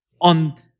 on